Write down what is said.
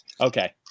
okay